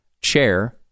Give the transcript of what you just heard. chair